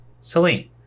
Celine